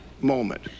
moment